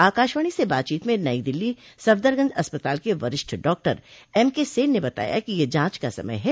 आकाशवाणी से बातचीत में नई दिल्ली सफदरजंग अस्पताल के वरिष्ठ डॉक्टर एम के सेन ने बताया कि यह जांच का समय है